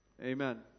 Amen